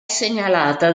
segnalata